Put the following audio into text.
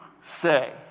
say